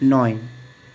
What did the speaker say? নয়